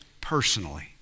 personally